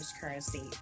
Currency